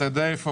אתה יודע איפה?